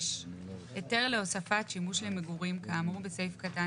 (6)היתר להוספת שימוש למגורים כאמור בסעיף קטן